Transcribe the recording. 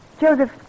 Joseph